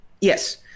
Yes